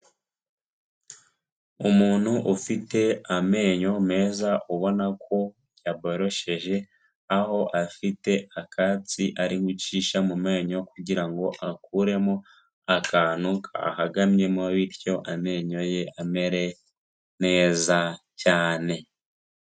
Umuntu ufite amenyo meza ubona ko yaborosheje, aho afite akatsi ari wicisha mu menyo, kugira ngo akuremo akantu kahagamyemo bityo amenyo ye amere neza cyane.